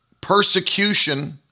persecution